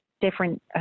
different